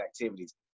activities